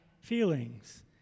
feelings